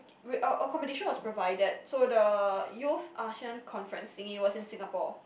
we uh accommodation was provided so the Youth Asean Conference thingy was in Singapore